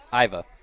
Iva